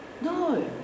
No